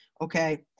okay